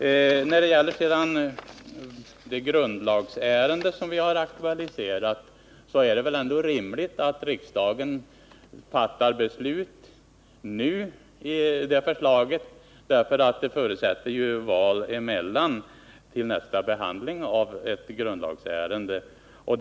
När det sedan gäller det grundlagsärende som vi har aktualiserat är det ändå rimligt att riksdagen tar ställning till förslaget redan nu, eftersom det i grundlagsärenden förutsätts mellanliggande val före nästa behandling.